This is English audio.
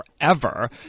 forever